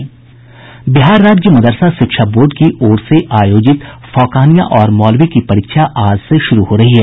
बिहार राज्य मदरसा शिक्षा बोर्ड की ओर से आयोजित फौकानिया और मौलवी की परीक्षा आज से शुरू हो रही है